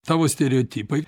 tavo stereotipai